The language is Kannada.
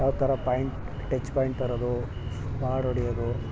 ಯಾವ ಥರ ಪಾಯಿಂಟ್ ಟಚ್ ಪಾಯಿಂಟ್ ತರೋದು ಹೊಡಿಯೋದು